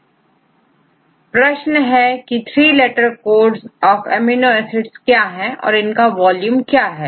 अब दूसरा प्रश्न है के three letter codes of amino acids क्या है इनका वॉल्यूम क्या है